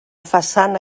façana